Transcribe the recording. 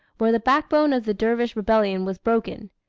where the backbone of the dervish rebellion was broken.